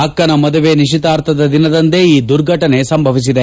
ಅಕ್ಕನ ಮದುವೆ ನಿಶ್ಚಿತಾರ್ಥದ ದಿನದಂದೇ ಈ ದುರ್ಘಟನೆ ಸಂಭವಿಸಿದೆ